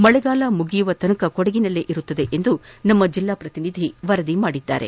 ಮಳೆಗಾಲ ಮುಕ್ತಾಯವಾಗುವವರೆಗೂ ಕೊಡಗಿನಲ್ಲಿ ಇರಲಿದೆ ಎಂದು ನಮ್ಮ ಜಿಲ್ಲಾ ಪ್ರತಿನಿಧಿ ವರದಿ ಮಾಡಿದ್ದಾರೆ